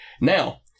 Now